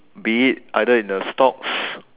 be it either in the stocks